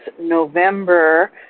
November